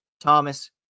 Thomas